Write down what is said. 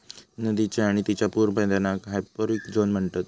नदीच्य आणि तिच्या पूर मैदानाक हायपोरिक झोन म्हणतत